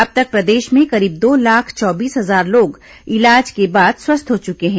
अब तक प्रदेश में करीब दो लाख चौबीस हजार लोग इलाज के बाद स्वस्थ हो चुके हैं